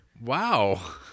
Wow